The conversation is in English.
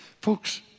Folks